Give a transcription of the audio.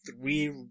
three